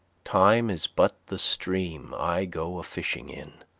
time is but the stream i go a-fishing in.